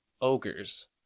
ogres